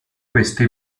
questi